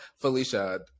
Felicia